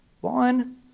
one